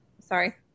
Sorry